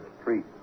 street